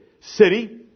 city